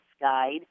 Guide